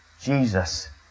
Jesus